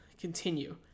continue